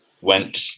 went